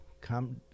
come